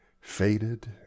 faded